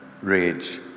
rage